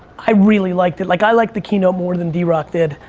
i really liked it. like, i liked the keynote more than drock did.